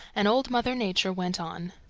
and old mother nature went on.